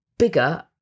bigger